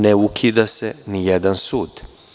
Ne ukida se nijedan sud.